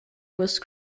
with